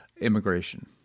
immigration